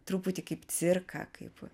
truputį kaip cirką kaip